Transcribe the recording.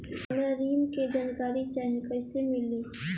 हमरा ऋण के जानकारी चाही कइसे मिली?